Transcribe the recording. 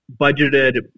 budgeted